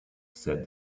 said